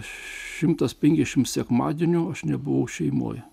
šimtas penkiasdešims sekmadienų aš nebuvau šeimoj